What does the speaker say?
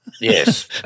Yes